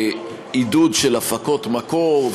בעידוד של הפקות מקור,